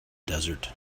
desert